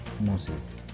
Moses